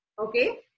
Okay